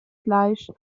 fleisch